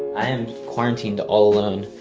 i am quarantined all alone.